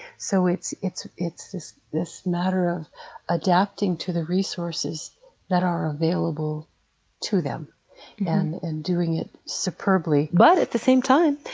so it's it's this this matter of adapting to the resources that are available to them and and doing it superbly. but at the same time,